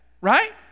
right